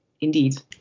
indeed